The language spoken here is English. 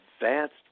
advanced